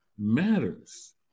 matters